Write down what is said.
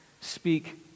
Speak